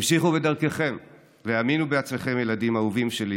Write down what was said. המשיכו בדרככם והאמינו בעצמכם, ילדים אהובים שלי.